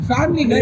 Family